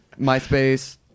MySpace